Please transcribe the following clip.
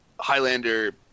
Highlander